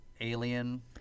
alien